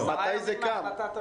מתי זה קם?